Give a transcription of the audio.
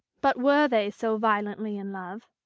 but were they so violently in love?